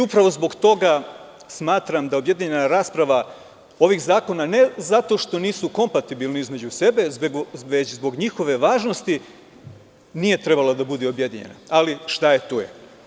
Upravo zbog toga smatram da objedinjena rasprava ovih zakona ne zato što nisu kompatibilni između sebe, već zbog njihove važnosti, nije trebala da bude objedinjena, ali šta je tu je.